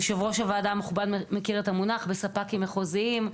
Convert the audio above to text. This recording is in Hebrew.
יושב ראש הוועדה המכובד מכיר את המונח: בספקים מחוזיים.